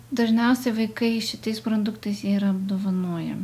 dažniausiai vaikai šitais produktais jie yra apdovanojam